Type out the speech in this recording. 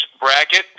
bracket